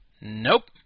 Nope